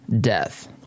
death